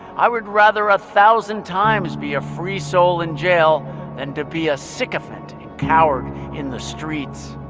i would rather a thousand times be a free soul in jail than to be a sycophant and coward in the streets